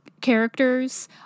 characters